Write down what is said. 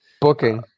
booking